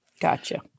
Gotcha